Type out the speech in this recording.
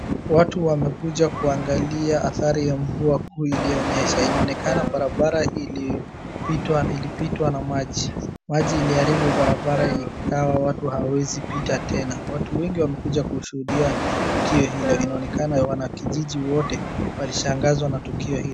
Watu wamekuja kuangalia adhari ya mvua kuu iliyonyesha. Inaonekana barabara ili pitwa, ilipitwa na maji. Maji iliharibu barabara ikawa watu hawawezi pita tena. Watu wengi wamekuja kushuhudia tukio hilo. Inaonekana wanakijiji wote walishangazwa na tukio hilo.